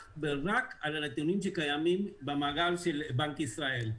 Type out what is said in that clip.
ורק על הנתונים שקיימים במאגר של בנק ישראל.